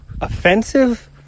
offensive